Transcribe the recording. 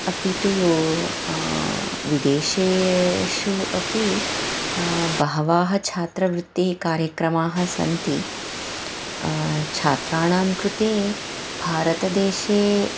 अपि तु विदेशेषु अपि बहवाः छात्रवृत्तयः कार्यक्रमाः सन्ति छात्राणां कृते भारतदेशे